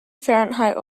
fahrenheit